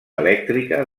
elèctrica